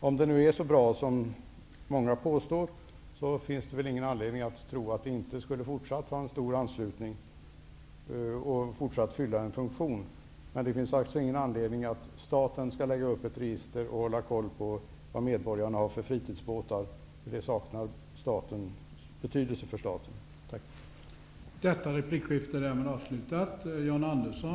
Om registret är så bra som många påstår, finns det väl ingen anledning att tro att det inte fortsättningsvis skulle vara en stor anslutning här och att registret skulle fylla en funktion. Men det finns ingen anledning att staten skall lägga upp ett register och kontrollera vad för fritidsbåtar medborgarna har. Sådant saknar betydelse för staten.